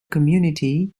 community